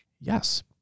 Yes